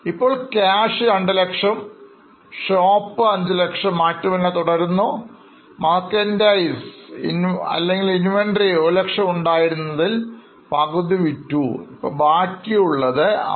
ഇപ്പോൾ Cash 200000 Shop 500000 മാറ്റമില്ലാതെ തുടരുന്നു Merchandise Inventory 100000 ഉണ്ടായിരുന്നതിൽ പകുതി വിറ്റു അപ്പോൾ ബാക്കി ആയിട്ടുള്ളത് 50000